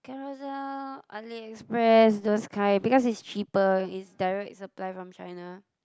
Carousell Ali-Express those kind because it's cheaper is direct supply from China